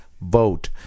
vote